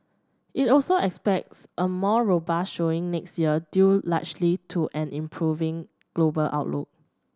it also expects a more robust showing next year due largely to an improving global outlook